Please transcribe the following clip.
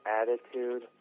attitude